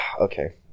Okay